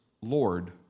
Lord